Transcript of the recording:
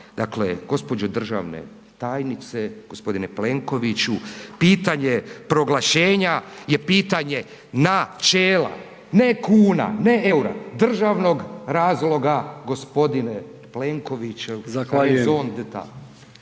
Dakle, gospođo državne tajnice, gospodine Plenkoviću pitanje proglašenja je pitanje načela ne kuna, ne EUR-a, državnog razloga gospodine Plenkovićev horizont